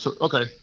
Okay